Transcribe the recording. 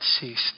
ceased